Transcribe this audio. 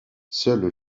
seule